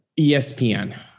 espn